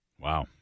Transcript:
Wow